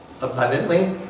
abundantly